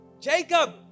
Jacob